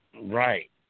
Right